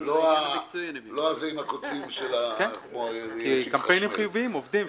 כי קמפיינים חיוביים עובדים,